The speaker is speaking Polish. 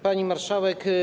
Pani Marszałek!